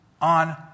on